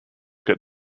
get